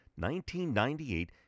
1998